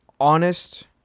honest